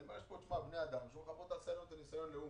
יש פה בני אדם שאומרים לך בוא תעשה את הניסיון לאומן,